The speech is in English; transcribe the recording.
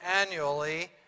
annually